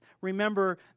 remember